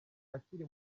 akiri